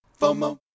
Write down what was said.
FOMO